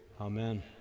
amen